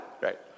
Right